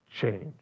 change